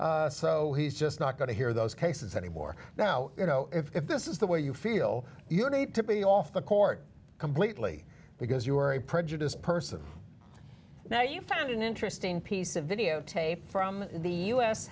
so he's just not going to hear those cases anymore now you know if this is the way you feel you need to be off the court completely because you are prejudiced person now you found an interesting piece of videotape from the u